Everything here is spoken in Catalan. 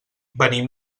venim